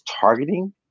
targeting